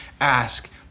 ask